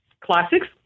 classics